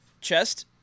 Chest